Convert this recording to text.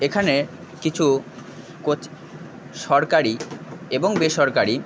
এখানের কিছু সরকারি এবং বেসরকারি